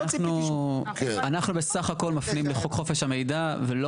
אנחנו בסך הכול מפנים לחוק חופש המידע ולא